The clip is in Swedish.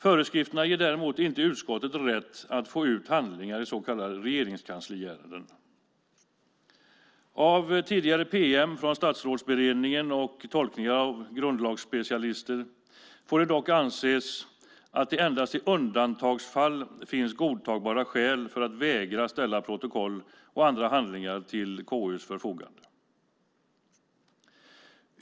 Föreskrifterna ger däremot inte utskottet rätt att få ut handlingar av så kallade regeringskansliärenden. Att bedöma av tidigare pm från Statsrådsberedningen och tolkningar av grundlagsspecialister får det dock anses endast i undantagsfall finnas godtagbara skäl för att vägra att ställa protokoll och andra handlingar till KU:s förfogande.